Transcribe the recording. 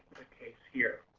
case here.